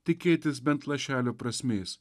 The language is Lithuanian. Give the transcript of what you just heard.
tikėtis bent lašelio prasmės